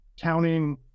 counting